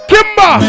Kimba